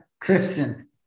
Kristen